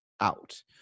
out